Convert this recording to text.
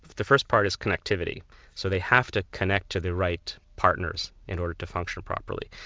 the first part is connectivity so they have to connect to the right partners in order to function properly.